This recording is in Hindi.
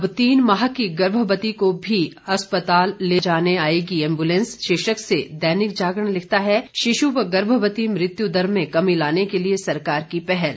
अब तीन माह की गर्भवती को भी अस्पताल ले जाने आएगी एंबुलेंस शीर्षक से दैनिक जागरण लिखता है शिशु व गर्भवती मृत्यु दर में कमी लाने के लिए सरकार की पहल